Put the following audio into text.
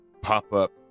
pop-up